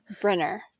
Brenner